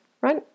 right